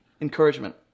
encouragement